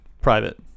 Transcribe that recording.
Private